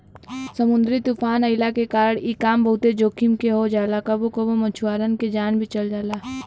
समुंदरी तूफ़ान अइला के कारण इ काम बहुते जोखिम के हो जाला कबो कबो मछुआरन के जान भी चल जाला